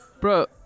bro